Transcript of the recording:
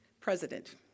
President